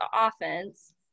offense